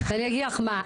ואני אגיד לך מה,